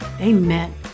Amen